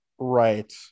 Right